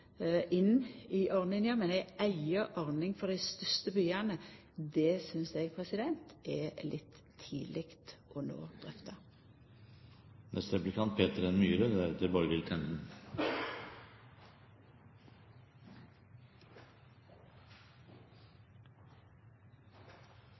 inn i ordninga. Men ei eiga ordning for dei største byane synest eg det er litt tidleg å